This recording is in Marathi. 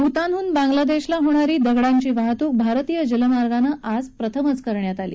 भूतानहून बांगला देशाला होणारी दगडांची वाहतूक भारतीय जलमार्गानं आज प्रथमच करण्यात आली